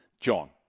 John